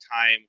time